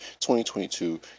2022